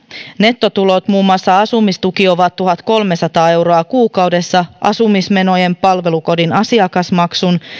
nettotulot muun muassa asumistuki ovat tuhatkolmesataa euroa kuukaudessa asumismenojen palvelukodin asiakasmaksun